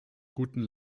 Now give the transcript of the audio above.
guten